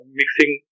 mixing